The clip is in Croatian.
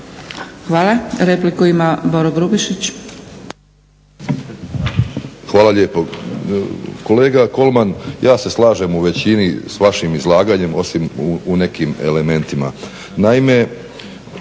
**Grubišić, Boro (HDSSB)** Hvala lijepo. Kolega Kolman, ja se slažem u većini s vašim izlaganjem osim u nekim elementima.